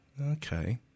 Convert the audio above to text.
Okay